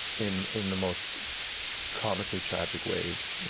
in in the most comically tragic ways.